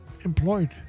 employed